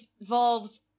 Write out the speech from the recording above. involves